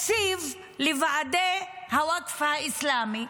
תקציב לוועדי הווקף האסלאמי,